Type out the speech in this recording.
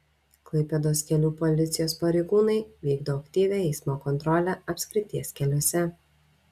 klaipėdos kelių policijos pareigūnai vykdo aktyvią eismo kontrolę apskrities keliuose